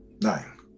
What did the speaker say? Nine